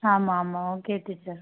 ஆமாம் ஆமாம் okay teacher